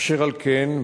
אשר על כן,